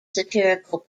satirical